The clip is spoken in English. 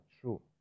true